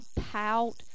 pout